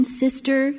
sister